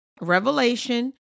revelation